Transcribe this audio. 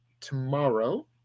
tomorrow